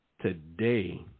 today